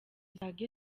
zisaga